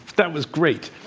that was great.